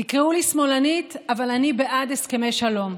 תקראו לי שמאלנית, אבל אני בעד הסכמי שלום.